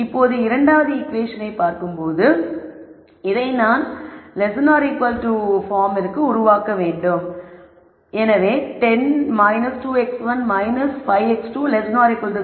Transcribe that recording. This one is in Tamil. இப்போது இரண்டாவது ஈகுவேஷனை பார்க்கும்போது இதை நான் பார்மிற்கு உருவாக்க வேண்டும் எனவே 10 2 x1 5 x2 0